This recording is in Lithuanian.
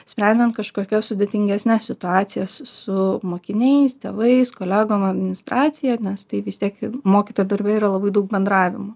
sprendžiant kažkokias sudėtingesnes situacijas su mokiniais tėvais kolegom administracija nes tai vis tiek mokytojo darbe yra labai daug bendravimo